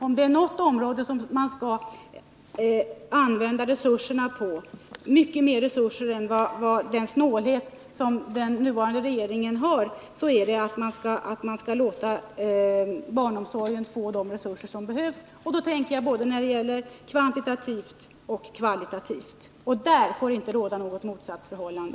Om det finns något område på vilket resurserna skall användas, och i mycket större utsträckning än dem som den nuvarande regeringen medger, är det i fråga om barnomsorgen, både kvantitativt och kvalitativt. Där får det inte råda något motsatsförhållande.